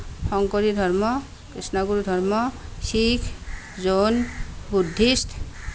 শংকৰী ধৰ্ম কৃষ্ণগুৰু ধৰ্ম শিখ জৈন বুদ্ধিষ্ট